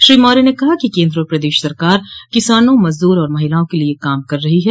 श्री मौर्य ने कहा कि केन्द्र और प्रदेश सरकार किसानों मजदूर और महिलाओं के लिये काम कर रही है